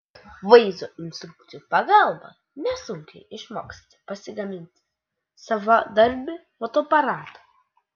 vaizdo instrukcijų pagalba nesunkiai išmoksite pasigaminti savadarbį fotoaparatą